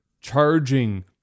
charging